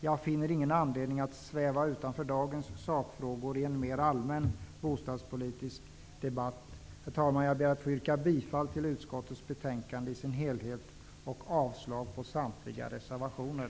Jag finner ingen anledning att sväva utanför dagens sakfrågor i en mer allmän bostadspolitisk debatt. Herr talman! Jag ber att få yrka bifall till utskottets hemställan i dess helhet och avslag på samtliga reservationer.